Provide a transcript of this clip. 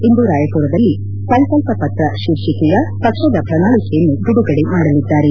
ಇಂದು ರಾಯಪುರದಲ್ಲಿ ಸಂಕಲ್ಲ ಪತ್ರ ಶೀರ್ಷಿಕೆಯ ಪಕ್ಷದ ಪ್ರಣಾಳಕೆಯನ್ನು ಬಿಡುಗಡೆ ಮಾಡಲಿದ್ದಾರೆ